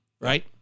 right